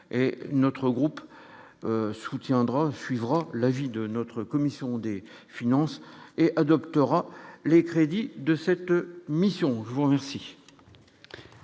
soutiendra suivra la vie de notre commission des finances et adoptera les crédits de cette mission, je vous remercie.